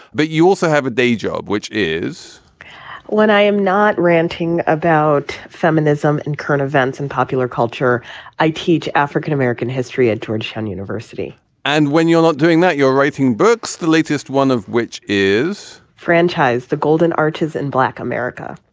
but you also have a day job, which is when i am not ranting about feminism and current events in popular culture i teach african-american history at georgetown university and when you're not doing that, you're writing books, the latest one of which is franchise the golden arches in black america.